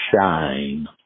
shine